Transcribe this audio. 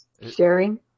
Sharing